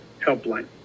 helpline